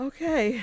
Okay